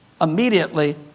immediately